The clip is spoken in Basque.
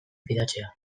fidatzea